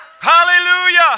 Hallelujah